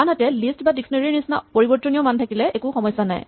আনহাতে লিষ্ট বা ডিক্সনেৰী ৰ নিচিনা পৰিবৰ্তনীয় মান থাকিলে একো সমস্যা নাই